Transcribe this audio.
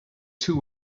two